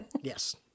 Yes